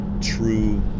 true